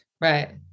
Right